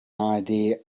idea